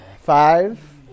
Five